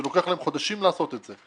זה לוקח להם חודשים לעשות את זה.